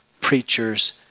preachers